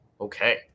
Okay